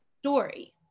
story